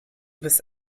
bist